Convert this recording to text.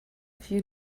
few